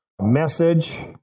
message